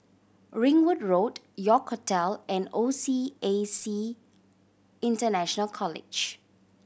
Ringwood Road York Hotel and O C A C International College